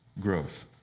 growth